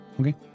Okay